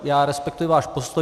Já respektuji váš postoj.